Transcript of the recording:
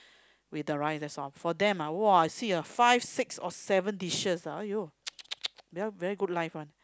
with the rice that's all for them ah !wah! you see ah five six or seven dishes ah !aiyo! they all very good life [one]